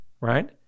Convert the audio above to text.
right